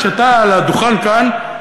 כשהיית על הדוכן כאן,